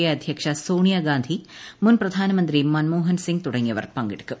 A അധ്യക്ഷ സോണിയ ഗാന്ധി മുൻ പ്പ്യൻനമന്ത്രി മൻമോഹൻ സിംഗ് തുടങ്ങിയവർ പങ്കെടുക്കും